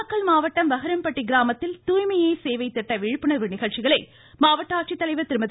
நாமக்கல் மாவட்டம் வகுரம்பட்டி கிராமத்தில் தூய்மையே சேவை திட்ட விழிப்புணர்வு நிகழ்ச்சிகளை மாவட்ட ஆட்சித்தலைவர் திருமதி